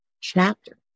chapter